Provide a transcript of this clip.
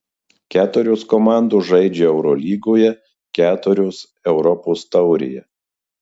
keturios komandos žaidžia eurolygoje keturios europos taurėje